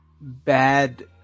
Bad